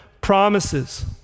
promises